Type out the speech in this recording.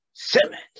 Simmons